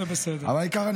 אבל העיקר,